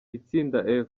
itsinda